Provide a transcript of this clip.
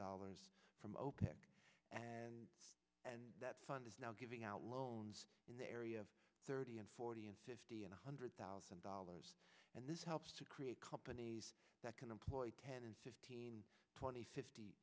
dollars from opec and that fund is now giving out loans in the area of thirty and forty and fifty and a hundred thousand dollars and this helps to create companies that can employ can and fifteen twenty fifty